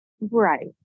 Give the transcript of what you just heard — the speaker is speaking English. Right